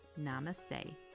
Namaste